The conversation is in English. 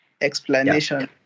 explanation